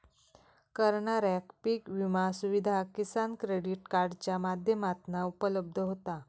करणाऱ्याक पीक विमा सुविधा किसान क्रेडीट कार्डाच्या माध्यमातना उपलब्ध होता